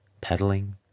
pedaling